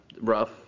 rough